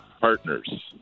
partners